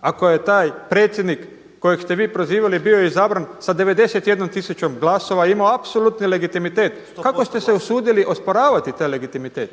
Ako je taj predsjednik kojeg ste vi prozivali bio izabran sa 91000 glasova, imao apsolutni legitimitet. Kako ste se usudili osporavati taj legitimitet?